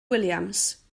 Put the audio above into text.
williams